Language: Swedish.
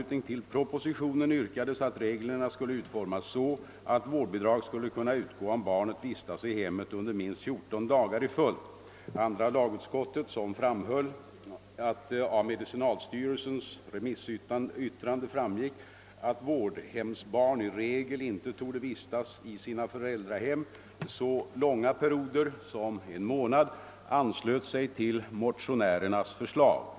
torde vistas i sina föräldrahem så långa perioder som en månad, anslöt sig till motionärernas förslag.